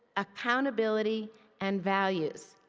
accountability and values.